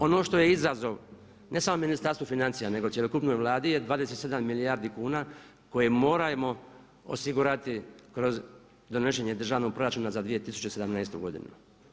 Ono što je izazov ne samo ministarstva financija nego cjelokupnoj Vladi je 27 milijardi kuna koje moramo osigurati kroz donošenje državnog proračuna za 2017. godinu.